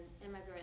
immigrant